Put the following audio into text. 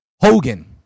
Hogan